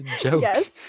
Jokes